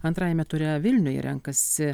antrajame ture vilniuje renkasi